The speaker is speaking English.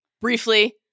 briefly